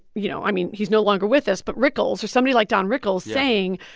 you know, i mean, he's no longer with us, but rickles or somebody like don rickles saying,